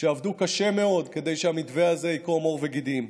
שעבדו קשה מאוד כדי שהמתווה הזה יקרום עור וגידים,